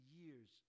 years